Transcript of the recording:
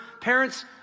parents